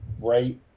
right